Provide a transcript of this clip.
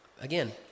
Again